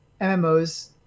mmos